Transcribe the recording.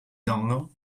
dongle